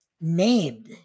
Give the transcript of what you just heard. named